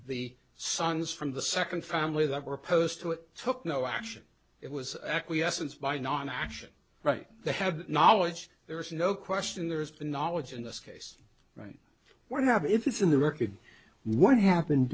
the sons from the second family that were opposed to it took no action it was acquiescence by non action right they had knowledge there is no question there is knowledge in this case right what have if it's in the record what happened